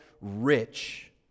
rich